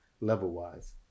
level-wise